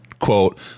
Quote